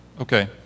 okay